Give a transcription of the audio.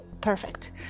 Perfect